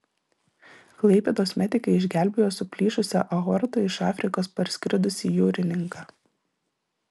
klaipėdos medikai išgelbėjo su plyšusia aorta iš afrikos parskridusį jūrininką